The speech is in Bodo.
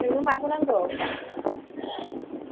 नोंनो माखौ नांगौ